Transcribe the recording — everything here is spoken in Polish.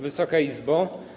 Wysoka Izbo!